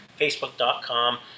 facebook.com